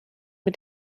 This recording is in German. mit